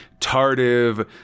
tardive